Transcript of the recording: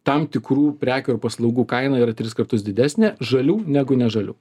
tam tikrų prekių ir paslaugų kaina yra tris kartus didesnė žalių negu ne žalių